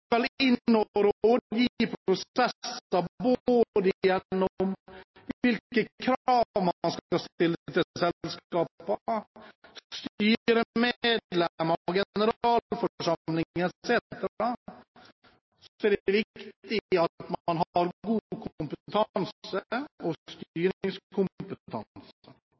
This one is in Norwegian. krav man skal stille til selskapene, styremedlemmene, generalforsamlingen etc., er det viktig at man har god kompetanse og